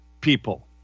people